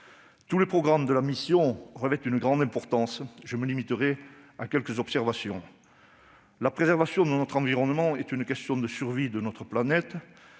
Tous les programmes de la mission revêtent une grande importance. Je me limiterai à quelques observations. La préservation de notre environnement est une question de survie de notre planète.